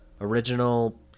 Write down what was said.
original